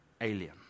alien